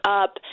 up